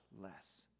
less